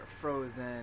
Frozen